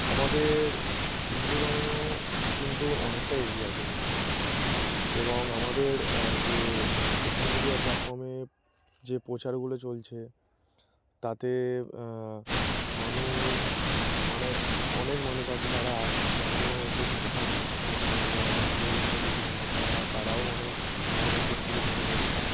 আমাদের হিন্দু ধর্ম কিন্তু অনেকটাই এগিয়ে আছে এ দিক থেকে এবং আমাদের যে সোশ্যাল মিডিয়া প্ল্যাটফর্মে যে প্রচারগুলো চলছে তাতে মানুষ মানে অনেক মানুষ আছে যারা ধর্মতে বিশ্বাস করত না যারা ধর্মে বিশ্বাসী ছিল না তারা তারাও অনেক ধর্মের দিক থেকে ঝুঁকে পড়ছে